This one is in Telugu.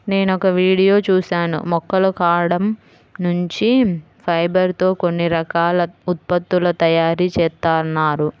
నేనొక వీడియో చూశాను మొక్కల కాండం నుంచి ఫైబర్ తో కొన్ని రకాల ఉత్పత్తుల తయారీ జేత్తన్నారు